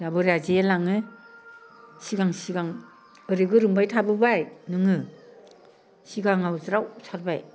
जाहा बोराया जे लाङो सिगां सिगां बोरै गोरों थाबोबाय नोङो सिगाङाव ज्राव सारबाय